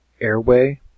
airway